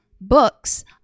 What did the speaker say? books